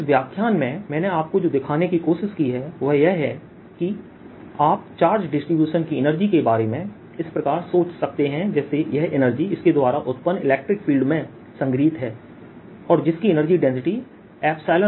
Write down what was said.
तो इस व्याख्यान में मैंने आपको जो दिखाने की कोशिश की है वह यह है कि आप चार्ज डिस्ट्रीब्यूशन की एनर्जी के बारे में इस प्रकार सोच सकते हैं जैसे कि यह एनर्जी इसके द्वारा उत्पन्न इलेक्ट्रिक फील्ड में संग्रहीत है और जिसकी एनर्जी डेंसिटी 02E2है